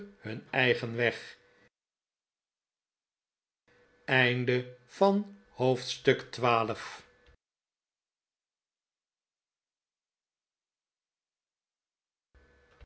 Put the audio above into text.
hun eigen woning